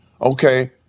okay